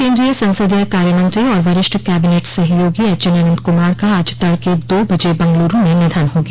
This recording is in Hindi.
केन्द्रीय संसदीय कार्यमंत्री और वरिष्ठ कैबिनेट सहयोगी एचएन अनंत कुमार का आज तड़के दो बजे बंगलरू में निधन हो गया